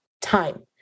time